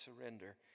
surrender